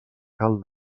cal